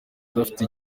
udafite